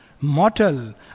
mortal